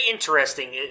Interesting